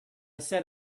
said